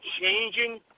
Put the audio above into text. changing